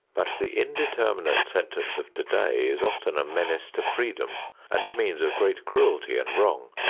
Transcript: but the indeterminate sentence of today is often a menace to freedom and a means of great cruelty and wrong.